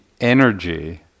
energy